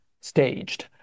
staged